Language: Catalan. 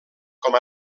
com